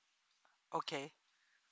okay